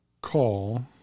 call